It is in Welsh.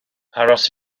aros